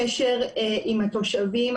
קשר עם התושבים,